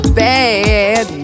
bad